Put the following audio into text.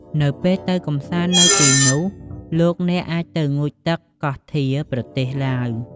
នៅពេលទៅកម្សាន្តនៅទីនោះលោកអ្នកអាចទៅ ងូតទឹកកោះធា ប្រទេសឡាវ។